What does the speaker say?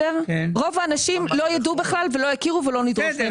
רוב האנשים לא יידעו בכלל ולא יכירו ולא נדרוש מהם דוח,